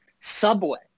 Subway